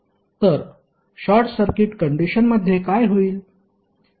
तर short circuit कंडिशनमध्ये काय होईल